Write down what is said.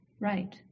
right